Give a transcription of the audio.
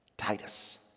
Titus